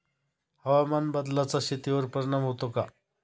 हवामान बदलाचा शेतीवर परिणाम होतो का?